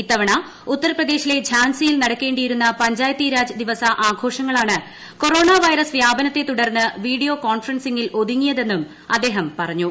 ഇത്ത്വണ ഉത്തർപ്രദേശിലെ ത്സാൻസിയിൽ നടക്കേണ്ടിയിരുന്ന പഞ്ചായത്തീരാജ് ദിവസ് ആഘോഷങ്ങളാണ് കൊറോണ വൈറസ് വ്യാപനത്തെ തുടർന്ന് വീഡിയോ കോൺഫറൻസിങ്ങിൽ ഒതുങ്ങിയതെന്നും അദ്ദേഹം പറഞ്ഞു